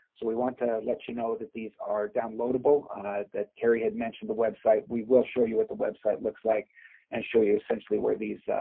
so we want to let you know that these are downloadable that kerry had mentioned the website. we will show you what the website looks like and show you essentially where these ah,